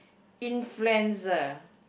influenza